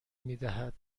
میدهد